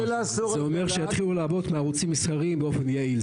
זה אומר שיתחילו לעבוד בערוצים מסחריים באופן יעיל,